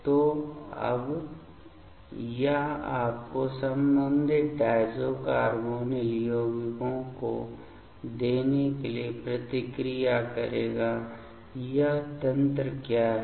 तो अब यह आपको संबंधित डायज़ो कार्बोनिल यौगिकों को देने के लिए प्रतिक्रिया करेगा यह तंत्र क्या है